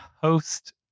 host